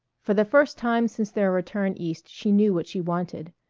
for the first time since their return east she knew what she wanted.